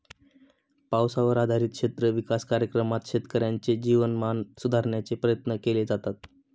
पावसावर आधारित क्षेत्र विकास कार्यक्रमात शेतकऱ्यांचे जीवनमान सुधारण्याचे प्रयत्न केले जातात